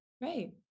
Right